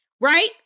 Right